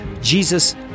Jesus